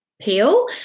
Peel